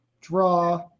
draw